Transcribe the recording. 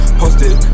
posted